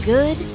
Good